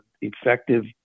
effective